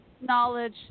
knowledge